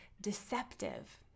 deceptive